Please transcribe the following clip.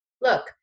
look